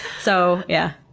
so yeah,